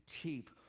cheap